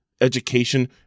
education